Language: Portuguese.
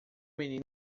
menino